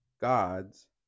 gods